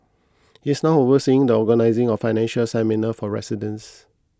he is now overseeing the organising of financial seminars for residents